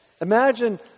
imagine